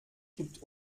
kippt